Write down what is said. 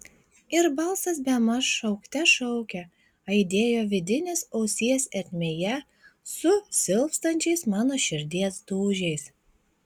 ir balsas bemaž šaukte šaukė aidėjo vidinės ausies ertmėje su silpstančiais mano širdies dūžiais